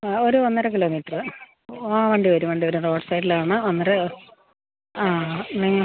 ആ ഒരു ഒന്നര കിലോമീറ്റർ ആ വണ്ടി വരും വണ്ടി വരും റോഡ്സൈഡിലാണ് ഒന്നര ആ നിങ്ങൾ